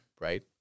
right